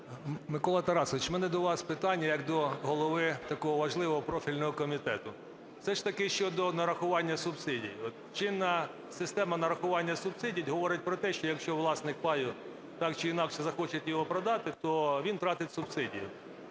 Микола Тарасович, у мене до вас питання як до голови такого важливого профільного комітету. Все ж таки щодо нарахування субсидій. Чинна система нарахування субсидій говорить про те, що якщо власник паю так чи інакше захоче його продати, то він втратить субсидію.